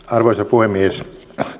arvoisa puhemies